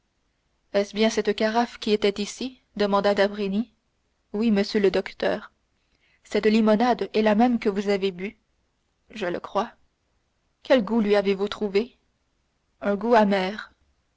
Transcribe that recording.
est-ce bien cette carafe qui était ici demanda d'avrigny oui monsieur le docteur cette limonade est la même que vous avez bue je le crois quel goût lui avez-vous trouvé un goût amer